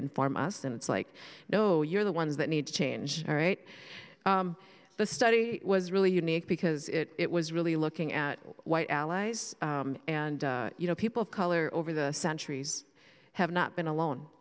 inform us and it's like no you're the ones that need to change all right the study was really unique because it was really looking at white allies and you know people of color over the centuries have not been alone